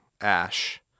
ash